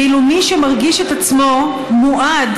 ואילו מי שמרגיש את עצמו מועד,